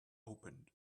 opened